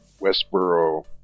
Westboro